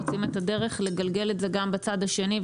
מוצאים את הדרך לגלגל את זה גם בצד השני,